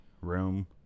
room